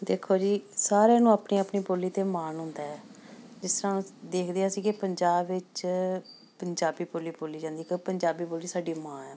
ਦੇਖੋ ਜੀ ਸਾਰਿਆਂ ਨੂੰ ਆਪਣੀ ਆਪਣੀ ਬੋਲੀ 'ਤੇ ਮਾਣ ਹੁੰਦਾ ਹੈ ਜਿਸ ਤਰ੍ਹਾਂ ਦੇਖਦੇ ਅਸੀਂ ਕਿ ਪੰਜਾਬ ਵਿੱਚ ਪੰਜਾਬੀ ਬੋਲੀ ਬੋਲੀ ਜਾਂਦੀ ਹੈ ਕਿ ਪੰਜਾਬੀ ਬੋਲੀ ਸਾਡੀ ਮਾਂ ਆ